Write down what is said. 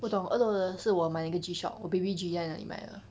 我懂二楼的是我买那个 G Shock 我 Baby G 在那里买的